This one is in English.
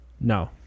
No